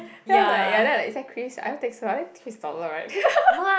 then I'm like ya like is that Chris I don't think so I think Chris taller right